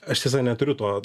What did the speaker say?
aš tiesa neturiu to